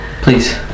Please